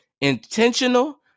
Intentional